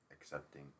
accepting